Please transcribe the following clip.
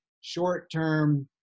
short-term